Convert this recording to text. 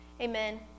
Amen